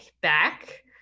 back